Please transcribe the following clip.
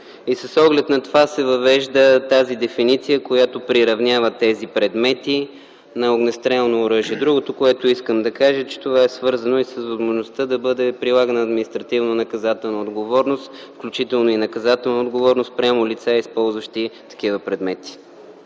и с оглед на това се въвежда тази дефиниция, която приравнява тези предмети на огнестрелно оръжие. Другото, което искам да кажа, е, че това е свързано и с възможността да бъде прилагана административнонаказателна отговорност, включително и наказателна отговорност спрямо лица, използващи такива предмети.